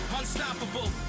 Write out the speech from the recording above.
unstoppable